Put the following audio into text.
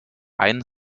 ein